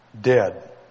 dead